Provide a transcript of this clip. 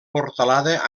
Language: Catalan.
portalada